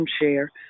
share